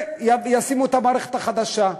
וישימו את המערכת החדשה.